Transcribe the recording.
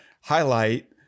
highlight